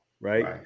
Right